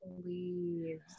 Please